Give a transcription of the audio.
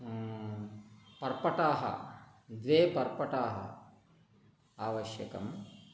पर्पटाः द्वे पर्पटाः आवश्यकं